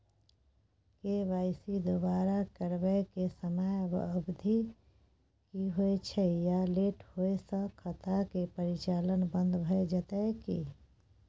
KYC दोबारा करबै के समयावधि की होय छै आ लेट होय स खाता के परिचालन बन्द भ जेतै की?